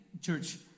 church